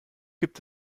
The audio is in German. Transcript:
gibt